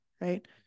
right